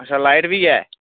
अच्छा लाइट बी ऐ